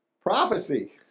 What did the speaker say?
prophecy